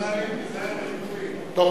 אמא שלי אמרה לי: תיזהר מחיקויים.